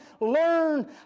learn